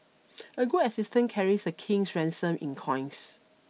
a good assistant carries a king's ransom in coins